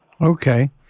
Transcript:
Okay